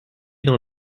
dans